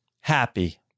happy